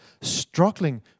struggling